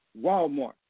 Walmart